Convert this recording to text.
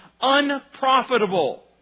unprofitable